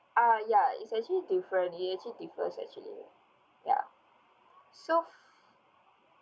uh ya is actually different it actually differs actually ya so